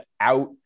out –